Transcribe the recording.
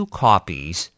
copies